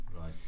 Right